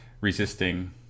resisting